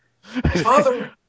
father